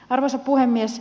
arvoisa puhemies